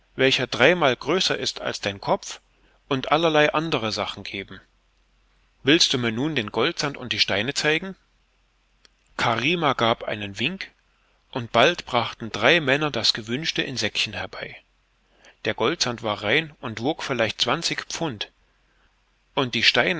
welcher dreimal größer ist als dein kopf und allerlei andere sachen geben willst du mir nun den goldsand und die steine zeigen karima gab einen wink und bald brachten drei männer das gewünschte in säckchen herbei der goldsand war rein und wog vielleicht zwanzig pfund und die steine